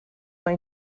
mae